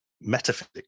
metaphysics